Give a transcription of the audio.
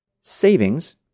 Savings